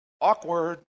Awkward